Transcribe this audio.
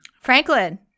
franklin